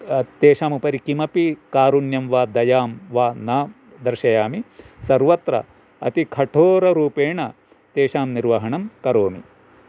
तेषामुपरि किमपि कारुण्यं वा दयां वा न दर्शयामि सर्वत्र अपि कठोररूपेण तेषां निर्वहणं करोमि